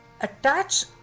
attach